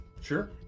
Sure